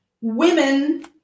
women